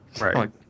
Right